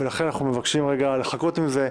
ולכן אנחנו מבקשים לחכות עם זה.